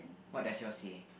what does yours say